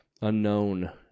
unknown